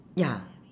ya